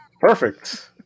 Perfect